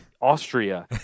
Austria